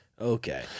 Okay